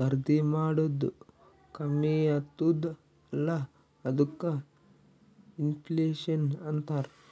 ಖರ್ದಿ ಮಾಡದ್ದು ಕಮ್ಮಿ ಆತ್ತುದ್ ಅಲ್ಲಾ ಅದ್ದುಕ ಇನ್ಫ್ಲೇಷನ್ ಅಂತಾರ್